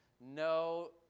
No